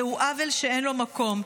זהו עוול שאין לו מקום.